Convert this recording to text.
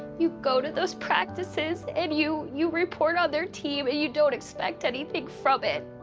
you go to those practices and you you report on their team, and you don't expect anything from it,